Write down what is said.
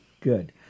good